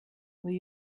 will